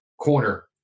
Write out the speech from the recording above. corner